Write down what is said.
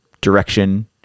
direction